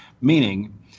Meaning